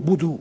budu